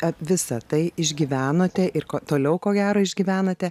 a visa tai išgyvenote ir kuo toliau ko gero išgyvenate